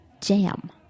jam